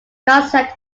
concept